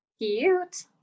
Cute